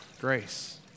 Grace